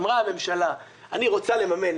אמרה הממשלה: אני רוצה לממן,